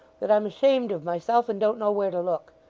that i'm ashamed of myself and don't know where to look.